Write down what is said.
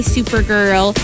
Supergirl